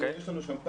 יש לנו שם פער,